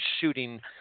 shooting